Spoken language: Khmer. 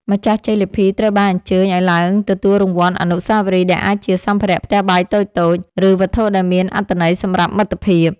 ម្ចាស់ជ័យលាភីត្រូវបានអញ្ជើញឱ្យឡើងទទួលរង្វាន់អនុស្សាវរីយ៍ ដែលអាចជាសម្ភារៈផ្ទះបាយតូចៗ ឬវត្ថុដែលមានអត្ថន័យសម្រាប់មិត្តភាព។